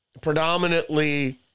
predominantly